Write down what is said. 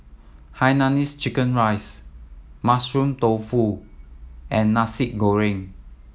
hainanese chicken rice Mushroom Tofu and Nasi Goreng